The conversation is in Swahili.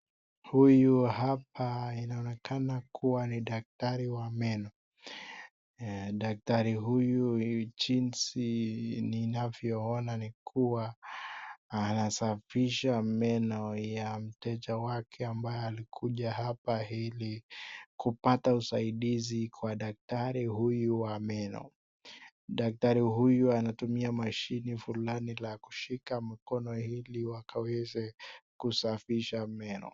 Huyu hapa inaonekana kuwa ni daktari wa meno. Daktari huyu jinsi ninavyoona ni kuwa anasafisha meno ya mteja wake ambaye alikuja hapa ili kupata usaidizi kwa daktari huyu wa meno. Daktari huyu anatumia mashini fulani la kushika mkono ili wakaweze kusafisha meno.